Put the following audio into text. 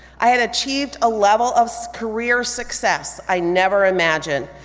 i had achieved a level of career success i never imagined,